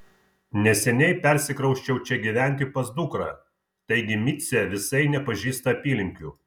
neseniai persikrausčiau čia gyventi pas dukrą taigi micė visai nepažįsta apylinkių